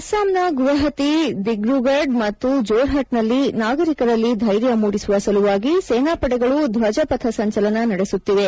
ಅಸ್ನಾಂನ ಗುವಾಹತಿ ದಿಬ್ರೂಗಡ್ ಮತ್ತು ಜೋರ್ಹಟ್ನಲ್ಲಿ ನಾಗರಿಕರಲ್ಲಿ ಧ್ವೆರ್ಯ ಮೂಡಿಸುವ ಸಲುವಾಗಿ ಸೇನಾಪಡೆಗಳು ಧ್ವಜಪಥಸಂಚಲನ ನಡೆಸುತ್ತಿವೆ